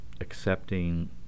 accepting